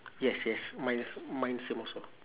yes yes mine s~ mine same also